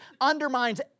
undermines